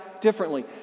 differently